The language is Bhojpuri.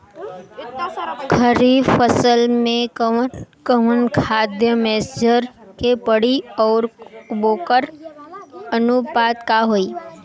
खरीफ फसल में कवन कवन खाद्य मेझर के पड़ी अउर वोकर अनुपात का होई?